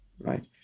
right